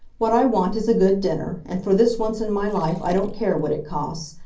what i want is a good dinner, and for this once in my life i don't care what it costs.